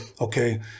Okay